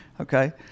okay